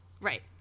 Right